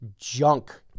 junk